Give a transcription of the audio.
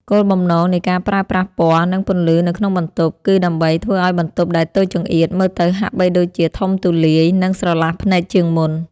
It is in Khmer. គោលបំណងនៃការប្រើប្រាស់ពណ៌ និងពន្លឺនៅក្នុងបន្ទប់ គឺដើម្បីធ្វើឱ្យបន្ទប់ដែលតូចចង្អៀតមើលទៅហាក់បីដូចជាធំទូលាយ និងស្រឡះភ្នែកជាងមុន។